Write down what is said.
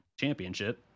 championship